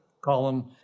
column